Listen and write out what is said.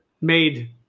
Made